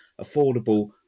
affordable